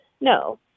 No